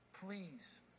Please